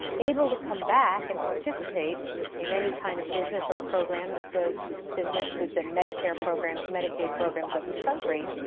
able to come back and participate in any kind of business or program that does business with the medicare programs, medicaid programs of this country,